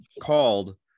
called